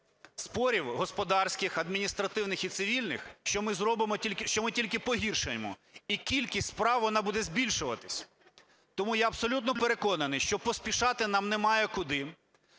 спорів господарських, адміністративних і цивільних, що ми тільки погіршимо і кількість справ вона буде збільшуватися. Тому я абсолютно переконаний, що поспішати нам немає куди.